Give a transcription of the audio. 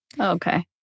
Okay